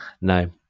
No